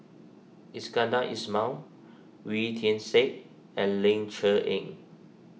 Iskandar Ismail Wee Tian Siak and Ling Cher Eng